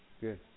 Good